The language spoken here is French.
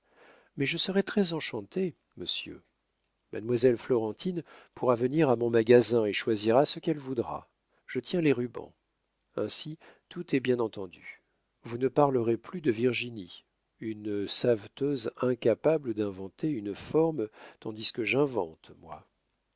mais je serai très enchantée monsieur mademoiselle florentine pourra venir à mon magasin et choisira ce qu'elle voudra je tiens les rubans ainsi tout est bien entendu vous ne parlerez plus de virginie une saveteuse incapable d'inventer une forme tandis que j'invente moi